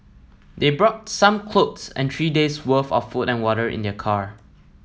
they brought some clothes and three day's worth of food and water in their car